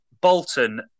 Bolton